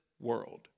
world